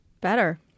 better